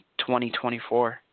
2024